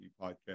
podcast